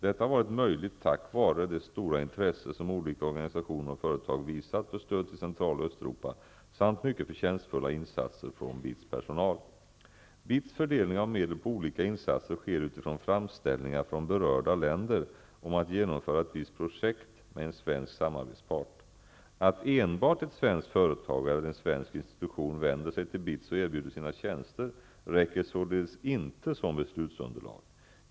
Detta har varit möjligt tack vare det stora intresse som olika organisationer och företag visat för stöd till Central och Östeuropa samt mycket förtjänstfulla insatser från BITS personal. BITS fördelning av medel på olika insatser sker utifrån framställningar från berörda länder om att genomföra ett visst projekt med en svensk samarbetspart. Att enbart ett svenskt företag eller en svensk institution vänder sig till BITS och erbjuder sina tjänster räcker således inte som beslutsunderlag.